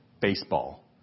baseball